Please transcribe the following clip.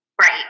Right